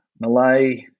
Malay